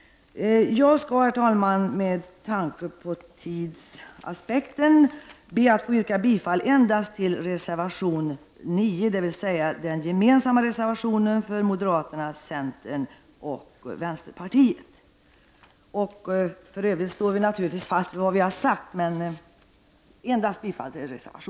Jag skall, herr talman, med tanke på tidsaspekten be att få yrka bifall endast till reservation 9, dvs. den gemensamma reservationen för moderaterna, centern och vänsterpartiet. För övrigt står vi naturligtvis fast vid vad vi föreslagit.